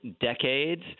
decades